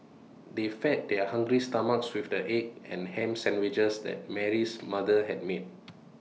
they fed their hungry stomachs with the egg and Ham Sandwiches that Mary's mother had made